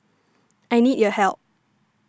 I need your help